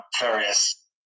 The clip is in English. various